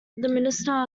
minister